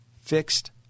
fixed